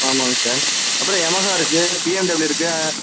ஆமாங்க சார் அப்புறம் யமஹா இருக்குது பிஎம்டபுள்யூ இருக்குது